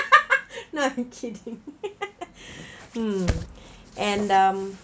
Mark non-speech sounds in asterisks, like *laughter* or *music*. *laughs* no I'm kidding *laughs* *breath* mm and um